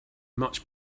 much